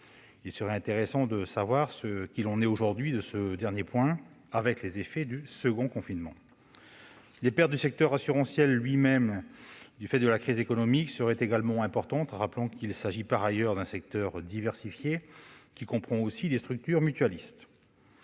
Il serait intéressant de savoir ce qu'il en est aujourd'hui de ce dernier point, notamment au regard des effets du second confinement. Les pertes du secteur assurantiel lui-même, du fait de la crise économique, seraient également importantes. Rappelons qu'il s'agit d'un secteur diversifié, comprenant aussi des structures mutualistes.